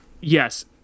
yes